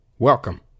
Welcome